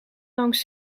langs